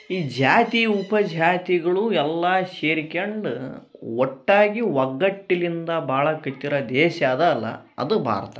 ಈ ಜಾತಿ ಉಪಜಾತಿಗಳು ಎಲ್ಲ ಸೇರಿಕ್ಯಂಡು ಒಟ್ಟಾಗಿ ಒಗ್ಗಟ್ಟಿಲಿಂದ ಬಾಳಕತ್ತಿರ ದೇಶ ಅದ ಅಲ್ಲಾ ಅದು ಬಾರತ